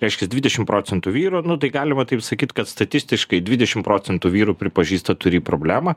reiškias dvidešim procentų vyrų nu tai galima taip sakyt kad statistiškai dvidešim procentų vyrų pripažįsta turį problemą